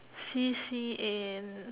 C_C_A